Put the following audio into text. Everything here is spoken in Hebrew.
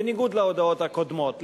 בניגוד להודעות קודמות.